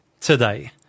today